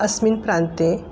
अस्मिन् प्रान्ते